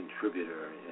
contributor